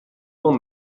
will